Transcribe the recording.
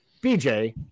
bj